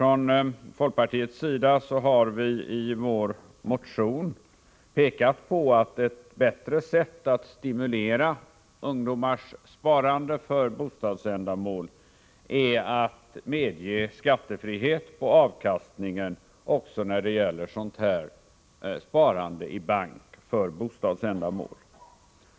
I vår motion har vi från folkpartiet pekat på att ett bättre sätt att stimulera ungdomars sparande för bostadsändamål är att medge skattefrihet på avkastningen också när det gäller sparande i bank för bostadsändamål.